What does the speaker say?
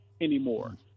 anymore